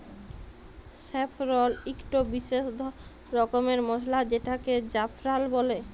saffron ইকট বিসেস রকমের মসলা যেটাকে জাফরাল বল্যে